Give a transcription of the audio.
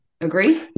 Agree